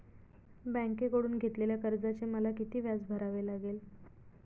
बँकेकडून घेतलेल्या कर्जाचे मला किती व्याज भरावे लागेल?